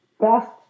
best